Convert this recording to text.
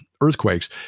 earthquakes